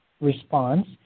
response